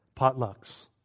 potlucks